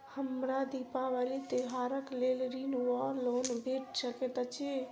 हमरा दिपावली त्योहारक लेल ऋण वा लोन भेट सकैत अछि?